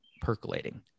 percolating